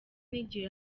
n’igihe